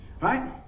right